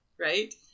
Right